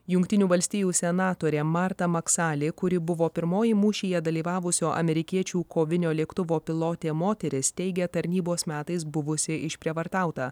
jungtinių valstijų senatorė marta maksalė kuri buvo pirmoji mūšyje dalyvavusio amerikiečių kovinio lėktuvo pilotė moteris teigė tarnybos metais buvusi išprievartauta